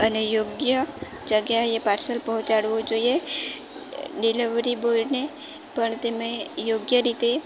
અને યોગ્ય જગ્યાએ પાર્સલ પહોંચાડવું જોઈએ ડિલિવરી બોયને પણ તેને યોગ્ય રીતે